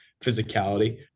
physicality